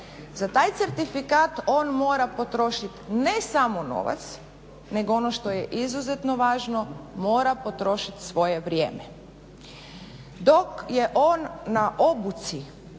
Za taj certifikat on mora potrošiti ne samo novac nego ono što je izuzetno važno, mora potrošit svoje vrijeme. Dok je on na obuci